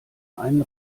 einen